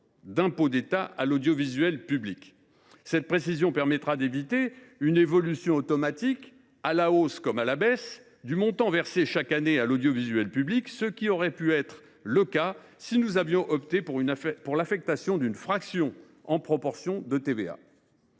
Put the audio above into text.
d’impôt d’État à l’audiovisuel public. Cette précision permettra d’éviter une évolution automatique, à la hausse comme à la baisse, du montant versé chaque année à l’audiovisuel public, ce qui aurait pu être le cas si nous avions opté pour l’affectation d’une fraction en proportion de TVA.